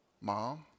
Mom